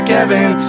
Kevin